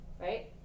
right